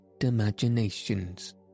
imaginations